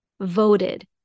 voted